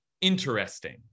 interesting